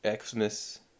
Xmas